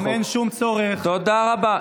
אתה בעד שנאה, תודה רבה.